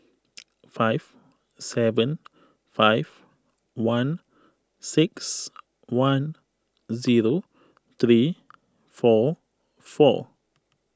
five seven five one six one zero three four four